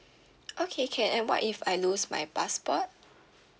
okay can and what if I lose my passport